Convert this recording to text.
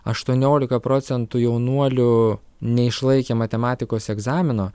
aštuoniolika procentų jaunuolių neišlaikė matematikos egzamino